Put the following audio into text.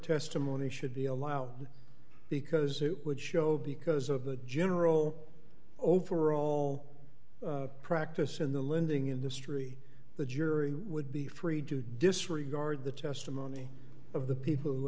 testimony should be allowed because it would show because of the general overall practice in the lending industry the jury would be free to disregard the testimony of the people who